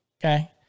Okay